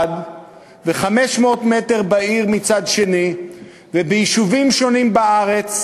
ו-500 מטר בעיר מצד שני וביישובים שונים בארץ,